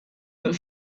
that